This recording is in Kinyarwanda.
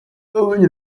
abanye